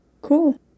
Cool